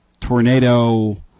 tornado